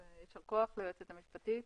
יישר כוח ליועצת המשפטית.